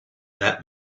that